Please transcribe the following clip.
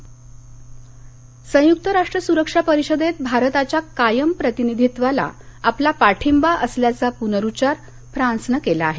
France संयुक्त राष्ट्र सुरक्षा परिषदेत भारताच्या कायम प्रतिनिधित्वाला आपला पाठींबा असल्याचा पुनरुच्चार फ्रान्सनं केला आहे